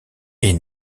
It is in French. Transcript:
est